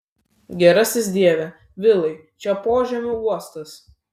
gerasis dieve vilai čia požemių uostas